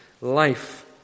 life